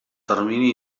termini